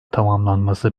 tamamlanması